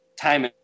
time